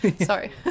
Sorry